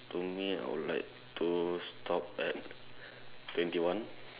to me I would like to stop at twenty one